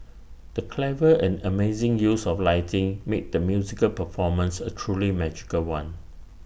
the clever and amazing use of lighting made the musical performance A truly magical one